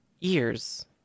ears